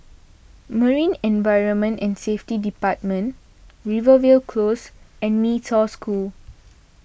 Marine Environment and Safety Department Rivervale Close and Mee Toh School